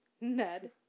Ned